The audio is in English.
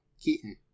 Keaton